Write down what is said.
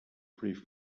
pretty